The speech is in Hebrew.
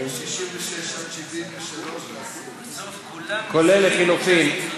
65 עד 73. כולל לחלופין.